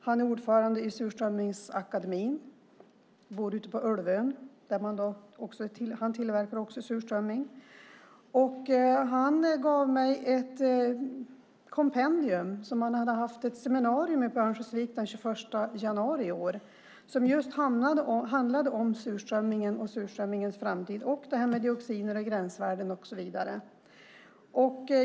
Han är ordförande i Surströmmingsakademien. Han bor ute på Ulvön, där han också tillverkar surströmming. Han gav mig ett kompendium som han använde vid ett seminarium i Örnsköldsvik den 21 januari i år. Det handlade om surströmmingens framtid, dioxiner, gränsvärden och så vidare.